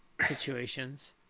situations